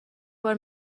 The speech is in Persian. بار